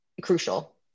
crucial